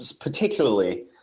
particularly